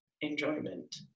enjoyment